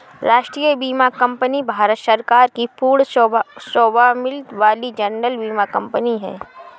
राष्ट्रीय बीमा कंपनी भारत सरकार की पूर्ण स्वामित्व वाली जनरल बीमा कंपनी है